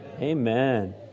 Amen